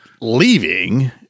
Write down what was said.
leaving